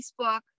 Facebook